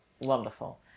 Wonderful